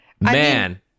Man